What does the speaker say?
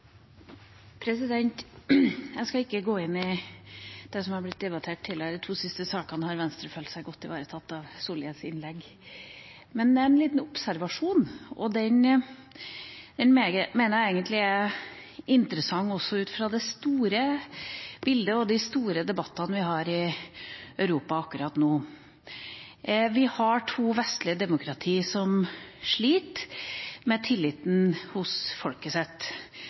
Jeg skal ikke gå inn i det som har blitt debattert tidligere. I de to siste sakene har Venstre følt seg godt ivaretatt av Solhjells innlegg. Men det er en liten observasjon, og den mener jeg egentlig er interessant også ut fra det store bildet og de store debattene vi har i Europa akkurat nå. Vi har to vestlige demokrati som sliter med tilliten hos